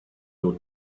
your